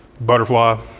Butterfly